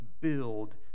build